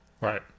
Right